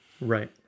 Right